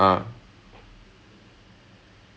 uh and she's like she's like